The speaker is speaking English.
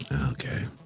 Okay